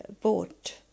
bought